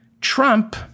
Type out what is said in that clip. trump